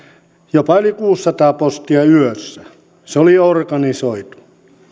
jopa yli kuusisataa postia yössä se oli organisoitu